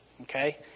Okay